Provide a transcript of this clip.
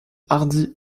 hardis